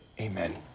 Amen